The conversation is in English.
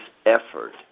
effort